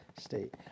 State